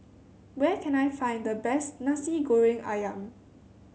where can I find the best Nasi Goreng ayam